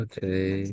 Okay